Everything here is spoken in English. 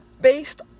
based